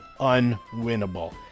unwinnable